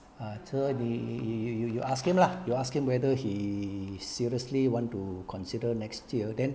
ah 这妳 you you ask him lah you ask him whether he seriously want to consider next year then